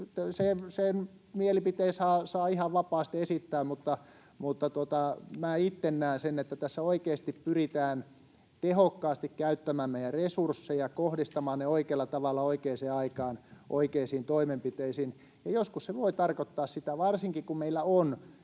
sen mielipiteen saa ihan vapaasti esittää, mutta minä itse näen sen, että tässä oikeasti pyritään tehokkaasti käyttämään meidän resursseja, kohdistamaan ne oikealla tavalla oikeaan aikaan oikeisiin toimenpiteisiin. Joskus se voi tarkoittaa sitä — varsinkin kun meillä on,